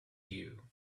you